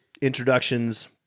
Introductions